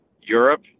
Europe